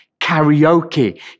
Karaoke